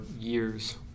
years